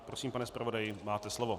Prosím, pane zpravodaji, máte slovo.